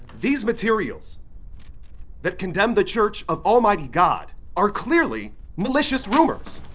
these materials that condemn the church of almighty god are clearly malicious rumors,